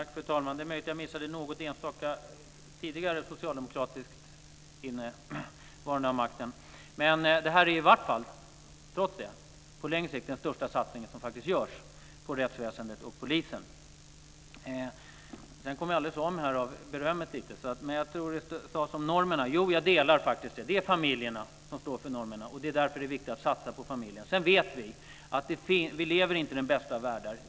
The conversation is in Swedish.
Fru talman! Det är möjligt att jag missade något enstaka tidigare socialdemokratiskt innehavande av makten, men det här är trots det på längre sikt den största satsningen som faktiskt görs på rättsväsendet och polisen. Sedan kom jag av mig av berömmet. Men jag tror att det sades något om normerna. Jag delar faktiskt uppfattningen att det är familjerna som står för normerna. Det är därför som det är viktigt att satsa på familjen. Sedan vet vi att vi inte lever i den bästa av världar.